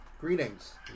Greetings